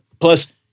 plus